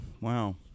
wow